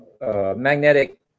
magnetic